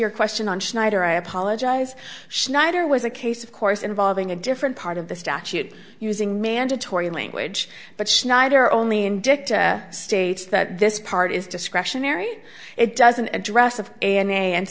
your question on schneider i apologize schneider was a case of course involving a different part of the statute using mandatory language but snyder only in dicta states that this part is discretionary it doesn't address